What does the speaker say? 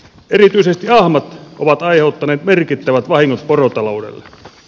erityisesti ahmat ovat aiheuttaneet merkittävät vahingot porotaloudelle